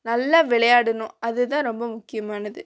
நல்லா விளையாடணும் அதுதான் ரொம்ப முக்கியமானது